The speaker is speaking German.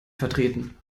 vertreten